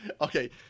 Okay